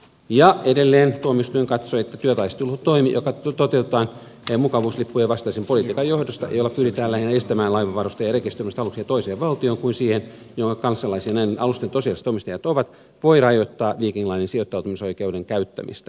ja edelleen tuomioistuin katsoi että työtaistelutoimi joka toteutetaan mukavuuslippujen vastaisen politiikan johdosta ja jolla pyritään lähinnä estämään laivanvarustajaa rekisteröimästä aluksia toiseen valtioon kuin siihen jonka kansalaisia näiden alusten tosiasialliset omistajat ovat voi rajoittaa viking linen sijoittautumisoikeuden käyttämistä